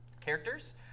characters